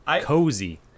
Cozy